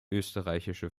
österreichische